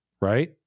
Right